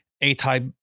A-type